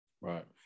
Right